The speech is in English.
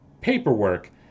paperwork